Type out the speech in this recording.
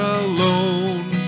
alone